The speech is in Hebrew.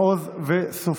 אבי מעוז ואופיר סופר.